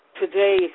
Today